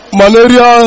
malaria